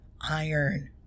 iron